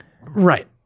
Right